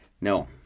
No